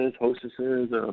hostesses